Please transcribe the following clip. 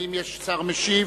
האם יש שר משיב?